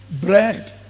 bread